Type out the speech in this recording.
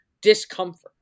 discomfort